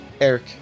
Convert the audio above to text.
eric